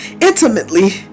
intimately